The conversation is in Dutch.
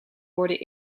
worden